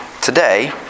today